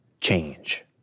change